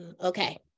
Okay